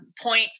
point